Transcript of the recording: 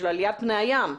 של עליית פני הים למשל.